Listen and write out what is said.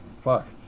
fuck